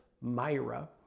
Myra